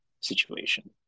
situation